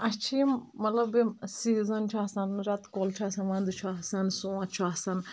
اسہِ چھِ یِم مطلب یِم سیٖزن چھِ آسان ریتہٕ کول چھُ آسان ونٛدٕ چھُ آاسن سونٛت چھُ آسان